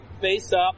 face-up